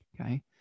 Okay